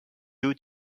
two